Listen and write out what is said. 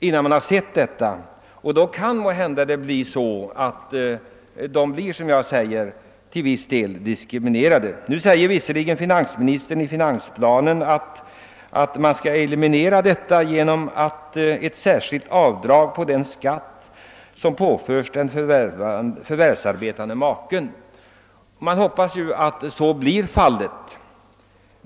Det kanske blir sådant, att de människor som jag har talat om blir till viss del diskriminerade. Visserligen säger finansministern i finansplanen, att man skall förhindra detta genom ett särskilt avdrag på den skatt som påföres den förvärvsarbetande maken. Man hoppas att så blir fallet.